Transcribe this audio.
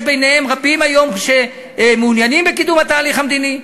יש בהן רבים שמעוניינים בקידום התהליך המדיני?